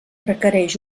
requereix